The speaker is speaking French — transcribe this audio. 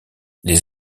les